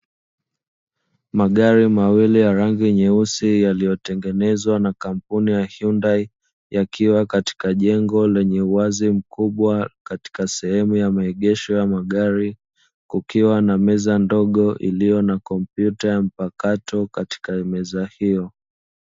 Magari mawili ya rangi nyeusi yaliyotengenezwa na kampuni ya hyundai, yakiwa katika jengo lenye uwazi mkubwa katika sehemu ya maegesho ya magari, kukiwa na meza ndogo iliyo na kompyuta mpakato katika meza hiyo.